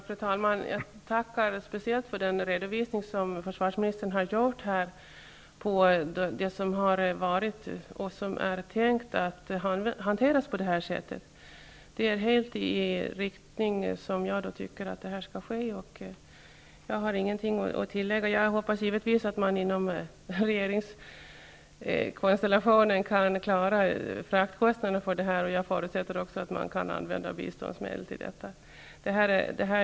Fru talman! Jag tackar speciellt för försvarsministerns redovisning av vad som har varit och som är tänkt att hanteras på detta sätt. Det är helt i den riktning som jag tycker att det skall ske. Jag har ingenting att tillägga. Jag hoppas givetvis att man inom regeringskonstellationen kan klara fraktkostnaderna, och jag förutsätter att man kan använda biståndsmedel till detta.